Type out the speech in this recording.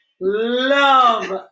Love